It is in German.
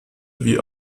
wie